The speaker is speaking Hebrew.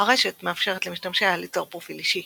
הרשת מאפשרת למשתמשיה ליצור פרופיל אישי,